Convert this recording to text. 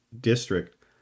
district